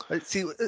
See